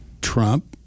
Trump